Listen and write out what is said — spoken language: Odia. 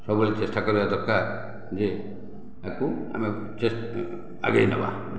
ସବୁବେଳେ ଚେଷ୍ଟା କରିବା କଥା ଯେ ଆକୁ ଆମେ ଉଚ୍ଚ ଆଗେଇନେବା